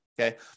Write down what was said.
Okay